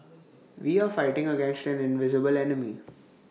we are fighting against an invisible enemy